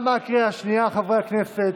תמה הקריאה השנייה, חברי הכנסת.